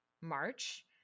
March